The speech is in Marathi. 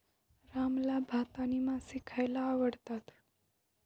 रामला भात आणि मासे खायला आवडतात